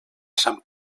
sant